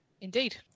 Indeed